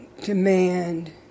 demand